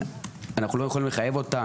אנחנו לא יכולים לחייב אותם,